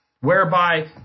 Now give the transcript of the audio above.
whereby